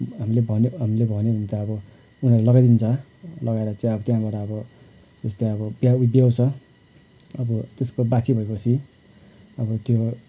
हामीले भन्यो हामीले भन्यो भने त अब उनीहरूले लगाइदिन्छ लगाएर चाहिँ अब त्यहाँबाट अब जस्तै अब ब्या ब्याउँछ अब त्यसको बाछी भएपछि अब त्यो